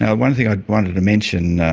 ah one thing i wanted to mention,